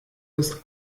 das